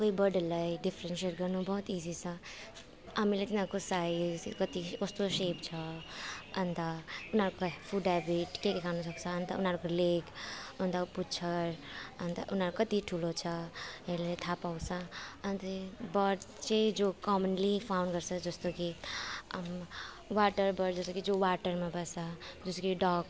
कोही बर्डहरूलाई डिफरेनसिएट गर्नु बहुत इजी छ हामीले तिनीहरूको साइज कति कस्तो सेप छ अन्त उनीहरूको फुड ह्याबिट टेली गर्नुसक्छ अन्त उनीहरूको लेग अन्त पुच्छर अन्त उनीहरू कति ठुलो छ हेयरले थाहा पाउँछ अन्त बर्ड चाहिँ जो कमनली फाउन्ड गर्छ जस्तो कि वाटर बर्ड जस्तो कि जो वाटरमा बस्छ जस्तो कि डक